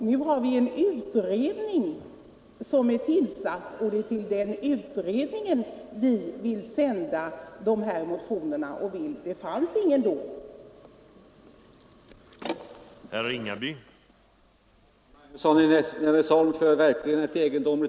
Nu har vi en utredning, och det är till den utredningen vi vill sända vår motion. Det fanns ingen utredning 1972.